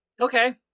Okay